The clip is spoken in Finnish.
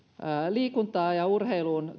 liikuntaan ja urheiluun